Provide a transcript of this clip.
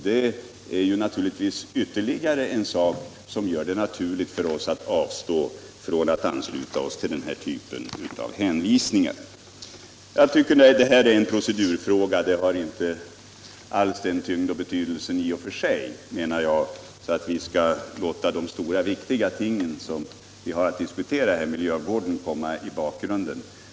Det är självklart ytterligare en anledning som gör det naturligt för oss att avstå från att ansluta oss till den här typen av hänvisningar. Detta är en procedurfråga. Den har inte alls den tyngd och betydelse att vi skall låta de stora och viktiga ting vi har att diskutera om miljövården komma i bakgrunden.